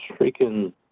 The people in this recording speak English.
freaking